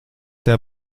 der